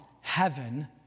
heaven